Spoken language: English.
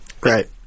Right